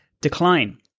decline